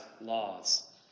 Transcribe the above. laws